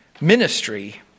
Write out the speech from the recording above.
ministry